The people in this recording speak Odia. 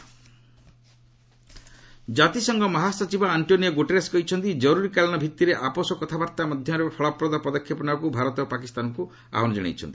ୟୁଏନ୍ ଇଣ୍ଡିଆ ପାକ୍ ଜାତିସଂଘ ମହାସଚିବ ଆଣ୍ଟ୍ରୋନିଓ ଗୁଟେରସ୍ କହିଛନ୍ତି ଜରୁରୀକାଳୀନ ଭିତ୍ତିରେ ଆପୋଷ କଥାବାର୍ତ୍ତା ମାଧ୍ୟମରେ ଫଳପ୍ରଦ ପଦକ୍ଷେପ ନେବାକୁ ଭାରତ ଓ ପାକିସ୍ତାନକୁ ଆହ୍ୱାନ ଜଣାଇଛନ୍ତି